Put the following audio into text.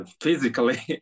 physically